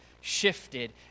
shifted